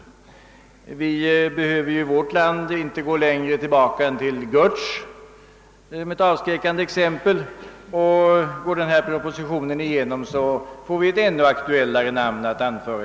Vi behöver i vårt land inte gå längre tillbaka än till Görtz som ett avskräckande exempel. Om denna proposition går igenom, får vi i fortsättningen ännu aktuellare namn att anföra.